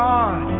God